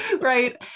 right